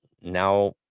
Now